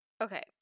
Okay